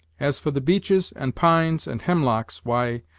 as for the beeches, and pines, and hemlocks, why,